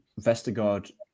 Vestergaard